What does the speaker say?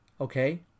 okay